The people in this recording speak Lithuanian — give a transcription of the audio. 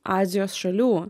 azijos šalių